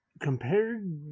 compared